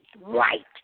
right